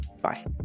Bye